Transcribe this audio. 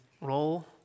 roll